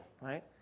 right